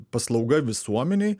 paslauga visuomenei